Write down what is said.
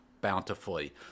bountifully